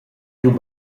giu